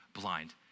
blind